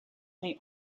may